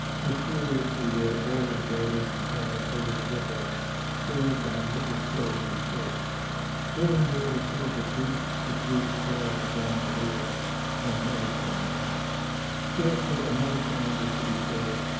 mysteriously their oars rose and fell over the ripples stirred by little silvery fish here and there was heard the brief, subdued call of a gondolier they never sing now scarcely another sound was to be heard.